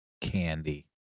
candy